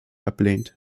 ablehnend